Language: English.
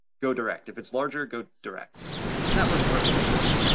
go direct. if it's larger, go direct, and that works perfectly fine,